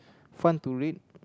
fun to read